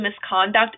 misconduct